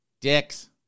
Dick's